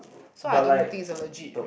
so I don't think is a legit